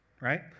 right